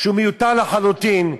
שהוא מיותר לחלוטין,